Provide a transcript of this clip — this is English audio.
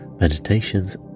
meditations